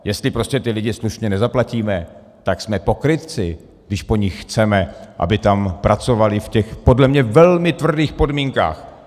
Jestli prostě ty lidi slušně nezaplatíme, tak jsme pokrytci, když po nich chceme, aby tam pracovali v těch, podle mě, velmi tvrdých podmínkách.